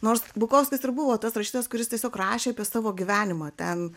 nors bukovskis ir buvo tas rašytojas kuris tiesiog rašė apie savo gyvenimą ten